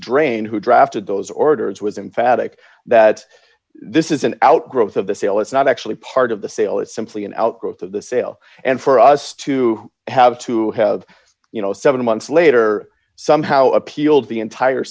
drain who drafted those orders was emphatic that this is an outgrowth of the sale it's not actually part of the sale it's simply an outgrowth of the sale and for us to have to have you know seven months later somehow appealed the entire